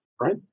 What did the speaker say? right